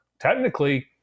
technically